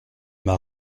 m’a